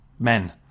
Men